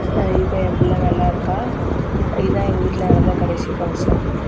இப்போ என் பிள்ள நல்லாயிருக்கா இதுதான் எங்கள் வீட்டில் நடந்த கடைசி ஃபங்சன்